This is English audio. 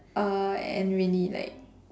uh and really like